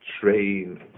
train